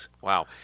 Wow